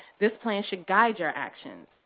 this plan should guide your actions,